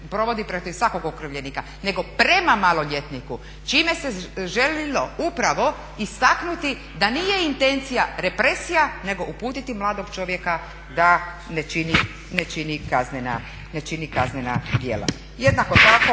provodi protiv svakog okrivljenika nego prema maloljetniku, čime se želilo upravo istaknuti da nije intencija represija nego uputiti mladog čovjeka da ne čini kaznena djela. Jednako tako